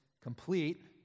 complete